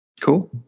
Cool